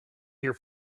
here